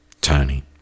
Tony